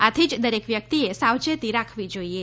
આથી જ દરેક વ્યક્તિએ સાવચેતી રાખવી જોઈએ